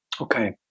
Okay